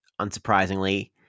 unsurprisingly